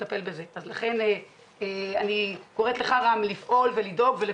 אני קוראת לך רם ולכולנו לפעול ולדאוג